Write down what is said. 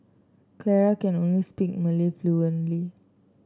Clara can only speak Malay fluently